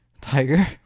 Tiger